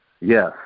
Yes